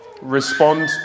respond